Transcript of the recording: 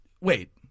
Wait